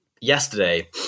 yesterday